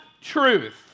truth